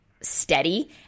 steady